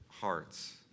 hearts